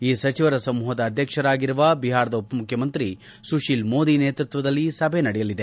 ಈ ಸಚಿವರುಗಳ ಸಮೂಹದ ಅಧ್ಯಕ್ಷರಾಗಿರುವ ಬಿಹಾರದ ಉಪಮುಖ್ಯಮಂತ್ರಿ ಸುಶೀಲ್ ಮೋದಿ ನೇತೃತ್ವದಲ್ಲಿ ಸಭೆ ನಡೆಯಲಿದೆ